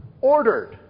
ordered